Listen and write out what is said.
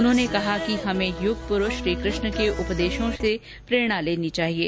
उन्होंने कहा कि हमें युग पुरूष श्री कृष्ण के उपदेशों से प्रेरणा लेनी चाहिये